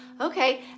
okay